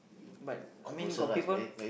but I mean got people